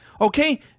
Okay